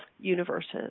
universes